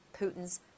Putin's